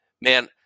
Man